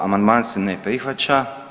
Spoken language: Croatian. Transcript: Amandman se ne prihvaća.